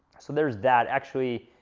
so there's that actually,